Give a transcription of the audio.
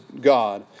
God